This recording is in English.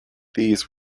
these